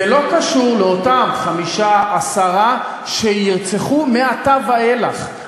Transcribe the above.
זה לא קשור לאותם חמישה, עשרה, שירצחו מעתה ואילך.